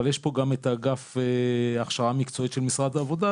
אבל יש פה גם את אגף הכשרה מקצועית של משרד העבודה,